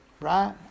right